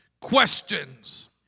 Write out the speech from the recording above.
Questions